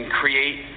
create